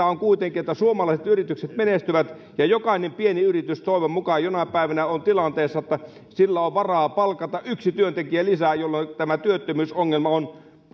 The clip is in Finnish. on kuitenkin että suomalaiset yritykset menestyvät ja jokainen pieni yritys toivon mukaan jonain päivänä on tilanteessa että on varaa palkata yksi työntekijä lisää jolloin tämä työttömyysongelma on